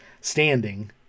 standing